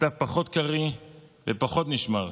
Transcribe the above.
הכתב פחות קריא ופחות נשמר,